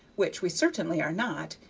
which we certainly are not,